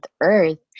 Earth